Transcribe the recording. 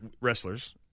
wrestlers